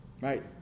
Right